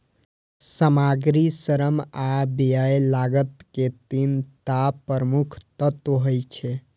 सामग्री, श्रम आ व्यय लागत के तीन टा प्रमुख तत्व होइ छै